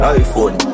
iPhone